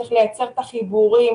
צריך לייצר את החיבורים,